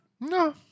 No